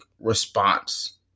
response